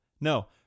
No